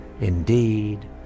indeed